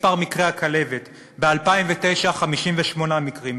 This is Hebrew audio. מספר מקרי הכלבת: ב-2009 58 מקרים,